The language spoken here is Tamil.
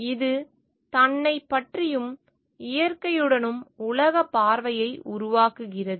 இது தன்னைப் பற்றியும் இயற்கையுடனும் உலகப் பார்வையை உருவாக்குகிறது